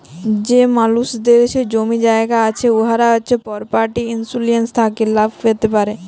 যে মালুসদের জমি জায়গা আছে উয়ারা পরপার্টি ইলসুরেলস থ্যাকে লাভ প্যাতে পারে